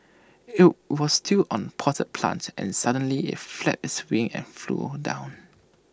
IT was still on potted plant and suddenly IT flapped its wings and flew down